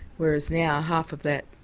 whereas now, half of that,